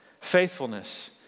faithfulness